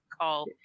call